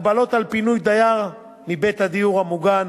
הגבלות על פינוי דייר מבית הדיור המוגן,